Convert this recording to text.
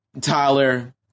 Tyler